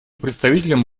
представителем